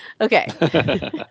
Okay